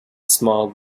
small